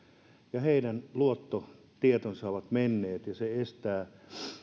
ja heidän luottotietonsa ovat menneet ja se estää